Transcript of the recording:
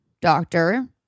doctor